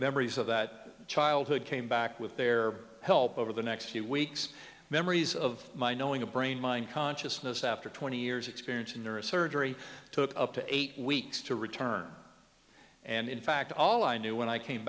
memories of that childhood came back with their help over the next few weeks memories of my knowing a brain mind consciousness after twenty years experience in neurosurgery took up to eight weeks to return and in fact all i knew when i came